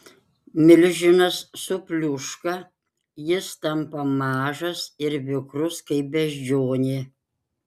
milžinas supliūška jis tampa mažas ir vikrus kaip beždžionė